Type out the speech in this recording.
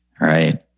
Right